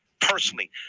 personally